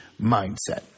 mindset